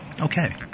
Okay